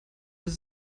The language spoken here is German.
ist